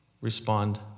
respond